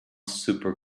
super